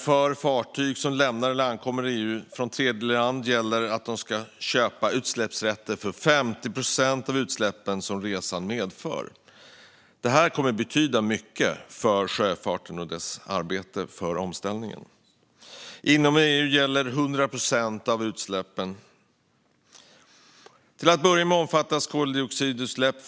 För fartyg som färdas mellan EU och tredjeländer gäller att de ska köpa utsläppsrätter för 50 procent av utsläppen som resan medför. Det här kommer att betyda mycket för sjöfarten och dess arbete för omställningen. Inom EU gäller det 100 procent av utsläppen. Till att börja med omfattas koldioxidutsläpp.